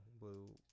blue